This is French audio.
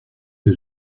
que